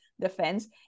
defense